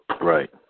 Right